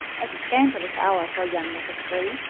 a scandalous hour for a young miss of three.